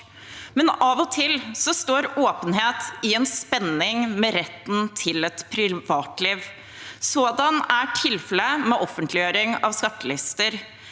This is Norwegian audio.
Men av og til står åpenhet i en spenning med retten til et privatliv. Sådant er tilfellet med offentliggjøring av skattelister.